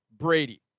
Brady